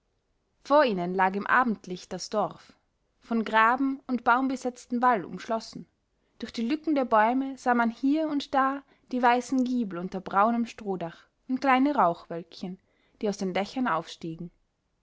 vor ihnen lag im abendlicht das dorf von graben und baumbesetztem wall umschlossen durch die lücken der bäume sah man hier und da die weißen giebel unter braunem strohdach und kleine rauchwölkchen die aus den dächern aufstiegen